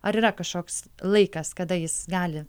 ar yra kažkoks laikas kada jis gali